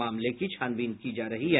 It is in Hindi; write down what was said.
मामले की छानबीन की जा रही है